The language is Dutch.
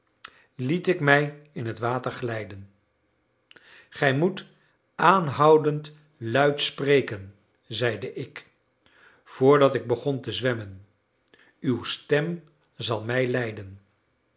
liet ik mij in het water glijden gij moet aanhoudend luid spreken zeide ik voordat ik begon te zwemmen uw stem zal mij leiden